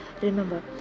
Remember